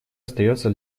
остается